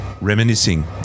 Reminiscing